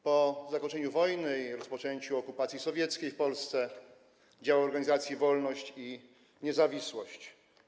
Po zakończeniu wojny i rozpoczęciu okupacji sowieckiej w Polsce działał w organizacji Wolność i Niezawisłość.